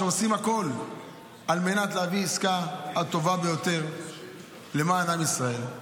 שעושים הכול כדי להביא את העסקה הטובה ביותר למען עם ישראל,